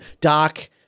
doc